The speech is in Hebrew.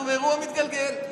אנחנו באירוע מתגלגל.